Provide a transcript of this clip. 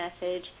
message